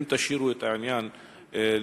אם אתם תשאירו את העניין לבג"ץ,